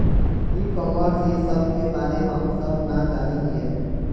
ई commerce इस सब के बारे हम सब ना जाने हीये?